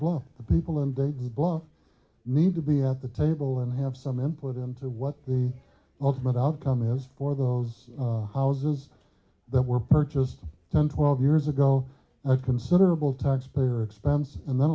the people in dayton both need to be at the table and have some input into what the ultimate outcome is for those houses that were purchased ten twelve years ago and a considerable taxpayer expense and